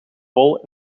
vol